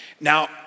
Now